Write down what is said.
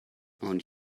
und